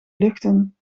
luchten